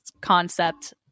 concept